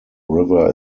river